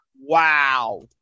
Wow